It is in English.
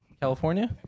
California